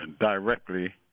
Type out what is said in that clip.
directly